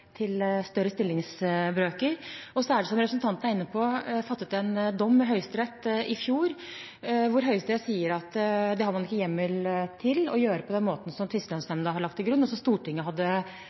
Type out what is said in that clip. til større stillingsbrøker. Så ble det, som representanten er inne på, fattet en dom i Høyesterett i fjor hvor Høyesterett sier at det har man ikke hjemmel til å gjøre på den måten som Tvisteløsningsnemnda har lagt til grunn, og som Stortinget hadde